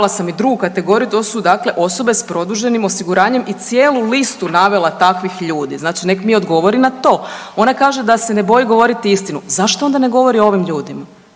sam i drugu kategoriju, to su dakle osobe s produženim osiguranjem i cijelu listu navela takvih ljudi. Znači nek mi odgovori na to. Ona kaže da se ne boji govoriti istinu. Zašto onda ne govori o ovim ljudima?